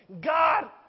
God